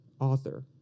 author